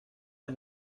las